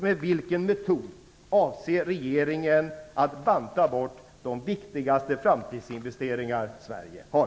Med vilken metod avser regeringen att banta bort de viktigaste framtidsinvesteringar Sverige har?